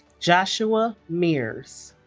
joshua mears